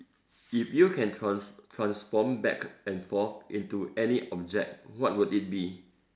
if you can trans~ transform back and forth into any object what would it be